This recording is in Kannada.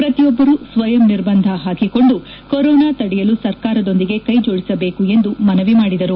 ಪ್ರತಿಯೊಬ್ಬರೂ ಸ್ನಯಂ ನಿಬಂಧ ಹಾಕಿಕೊಂಡು ಕೊರೊನಾ ತಡೆಯಲು ಸರ್ಕಾರದೊಂದಿಗೆ ಕ್ಲೆಜೋಡಿಸಬೇಕು ಎಂದು ಮನವಿ ಮಾಡಿದರು